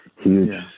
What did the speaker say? Huge